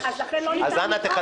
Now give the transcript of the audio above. לסדר.